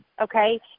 Okay